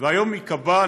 והיום ייקבע,